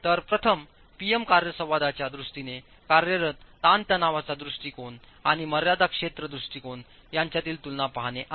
तर प्रथम P M कार्यसंवादाच्या दृष्टीने कार्यरत ताणतणावाचा दृष्टीकोन आणि मर्यादा क्षेत्र दृष्टिकोन यांच्यातील तुलना पहाणे आहे